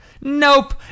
Nope